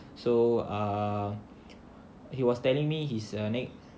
so err he was telling me his neck